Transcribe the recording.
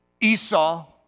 Esau